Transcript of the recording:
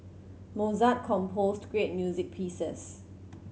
Mozart composed great music pieces